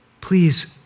please